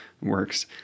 works